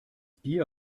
bier